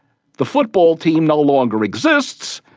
the football team no longer exists,